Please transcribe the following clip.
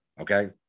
Okay